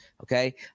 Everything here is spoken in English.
okay